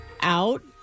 out